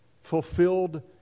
fulfilled